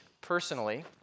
personally